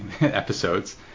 episodes